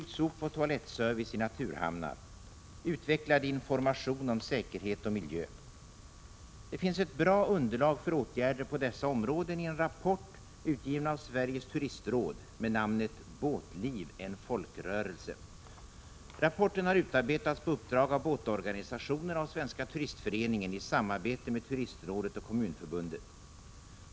Det finns ett bra underlag för åtgärder på dessa områden i en rapport utgiven av Sveriges turistråd och med namnet Båtliv — en folkrörelse. Rapporten har utarbetats på uppdrag av båtorganisationerna och Svenska turistföreningen i samarbete med Turistrådet och Kommunförbundet.